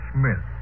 Smith